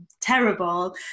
terrible